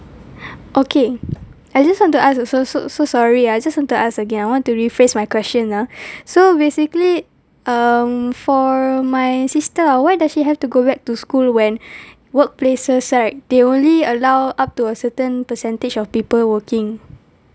okay I just want to ask also so so sorry ah I just want to ask again I want to rephrase my question ah so basically um for my sister uh why does she have to go back to school when workplaces right they only allow up to a certain percentage of people working